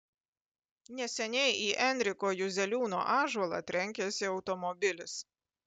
neseniai į enriko juzeliūno ąžuolą trenkėsi automobilis